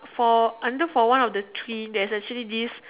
for under for one of the tree there's actually this